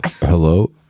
Hello